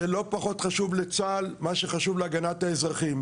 זה לא פחות חשוב לצה"ל, מה שחשוב להגנת האזרחים.